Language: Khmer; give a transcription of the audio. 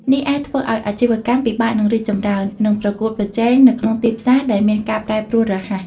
នេះអាចធ្វើឲ្យអាជីវកម្មពិបាកនឹងរីកចម្រើន និងប្រកួតប្រជែងនៅក្នុងទីផ្សារដែលមានការប្រែប្រួលរហ័ស។